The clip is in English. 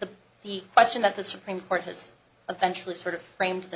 the the question that the supreme court has eventual sort of framed t